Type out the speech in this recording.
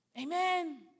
Amen